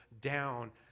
down